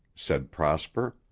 said prosper.